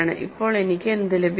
ഇപ്പോൾ എനിക്ക് എന്ത് ലഭിക്കും